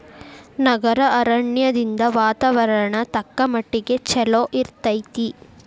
ನಗರ ಅರಣ್ಯದಿಂದ ವಾತಾವರಣ ತಕ್ಕಮಟ್ಟಿಗೆ ಚಲೋ ಇರ್ತೈತಿ